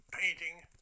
painting